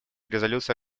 резолюции